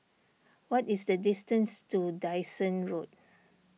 what is the distance to Dyson Road